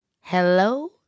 Hello